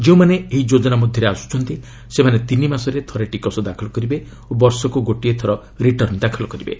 ଯେଉଁମାନେ ଏହି ଯୋଜନା ମଧ୍ୟରେ ଆସୁଛନ୍ତି ସେମାନେ ତିନି ମାସରେ ଥରେ ଟିକସ ଦାଖଲ କରିବେ ଓ ବର୍ଷକ୍ତ ଗୋଟିଏ ଥର ରିଟର୍ଣ୍ଣ ଦାଖଲ କରିବେ